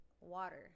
Water